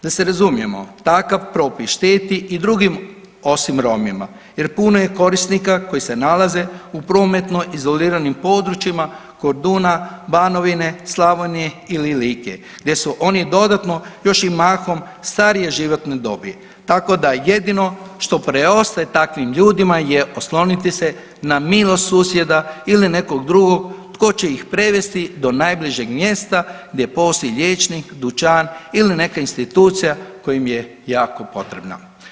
Da se razumijemo, takav propis šteti i drugim osim Romima jer puno je korisnika koji se nalaze u prometnoj izoliranim područjima Korduna, Banovine, Slavonije ili Like, gdje su oni dodatno još i mahom starije životne dobi, tako da jedino što preostaje takvim ljudima je osloniti se na milost susjeda ili nekog drugog tko će ih prevesti do najbližeg mjesta gdje postoji liječnik, dućan ili neka institucija koja im je jako potrebna.